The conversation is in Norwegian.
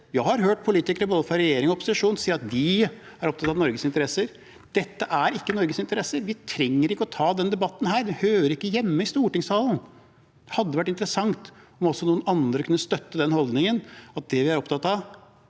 Jeg har hørt politikere fra både regjering og opposisjon si at de er opptatt av Norges interesser. Dette er ikke Norges interesser. Vi trenger ikke å ta den debatten her. Det hører ikke hjemme i stortingssalen. Det hadde vært interessant om også noen andre kunne støtte den hold